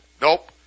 Nope